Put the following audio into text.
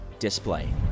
display